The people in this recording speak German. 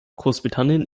großbritannien